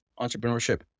entrepreneurship